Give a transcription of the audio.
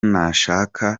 nashaka